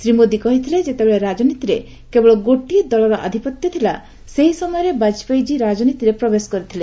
ଶ୍ରୀ ମୋଦି କହିଥିଲେ ଯେତେବେଳେ ରାଜନୀତିରେ କେବଳ ଗୋଟିଏ ଦଳର ଆଧିପତ୍ୟ ରହିଥିଲା ସେହି ସମୟରେ ବାଜପେୟୀଜୀ ରାଜନୀତିରେ ପ୍ରବେଶ କରିଥିଲେ